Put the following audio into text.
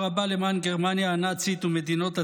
רבה למען גרמניה הנאצית ומדינות הציר,